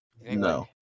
No